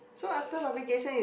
so after publication is